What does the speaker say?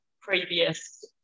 previous